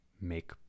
make